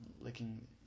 licking